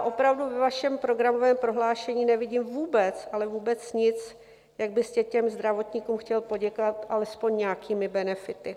Opravdu ve vašem programovém prohlášení nevidím vůbec, ale vůbec nic, jak byste zdravotníkům chtěl poděkovat, alespoň nějakými benefity.